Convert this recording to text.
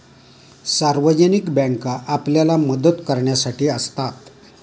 सार्वजनिक बँका आपल्याला मदत करण्यासाठी असतात